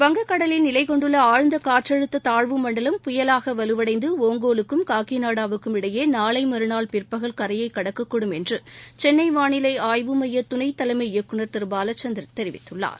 வங்கக்கடலில் நிலை கொண்டுள்ள ஆழ்ந்த காற்றழுத்த தாழ்வு மண்டலம் புயலாக வலுவடைந்து ஒங்கோலுக்கும் காக்கிநாடாவுக்கும் இடையே நாளை மறுநாள் பிற்பகல் கரையைக் கடக்கக்கூடும் என்று சென்னை வானிலை ஆய்வு ஸமய துணைத்தலைமை இயக்குநர் திரு பாலசந்தர் தெரிவிக்கிறார்